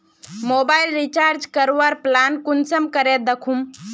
Mobile recharge करवार plan कुंसम करे दखुम?